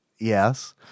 Yes